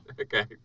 Okay